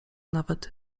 nawet